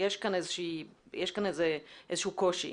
יש כאן איזשהו קושי.